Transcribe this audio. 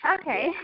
Okay